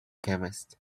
chemist